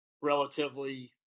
relatively